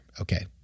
Okay